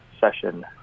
session